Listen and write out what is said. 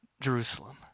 Jerusalem